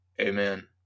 Amen